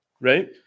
Right